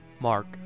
Mark